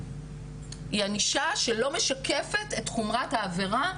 היא ענישה שלא משקפת את חומרת העבירה,